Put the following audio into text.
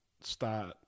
start